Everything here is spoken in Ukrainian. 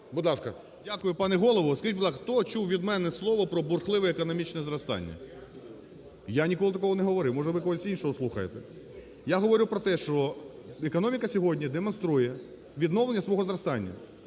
Дякую, пане Голово. Скажіть, будь ласка, хто чув від мене слово про бурхливе економічне зростання? Я ніколи такого не говорив, може, ви когось іншого слухаєте. Я говорив про те, що економіка сьогодні демонструє відновлення свого зростання.